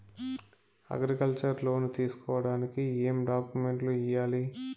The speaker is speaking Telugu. అగ్రికల్చర్ లోను తీసుకోడానికి ఏం డాక్యుమెంట్లు ఇయ్యాలి?